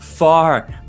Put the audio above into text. far